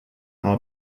how